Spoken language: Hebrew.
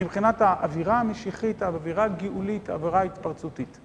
מבחינת האווירה המשיחית, האווירה הגאולית, האווירה ההתפרצותית.